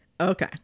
Okay